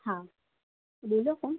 હા બોલો કોણ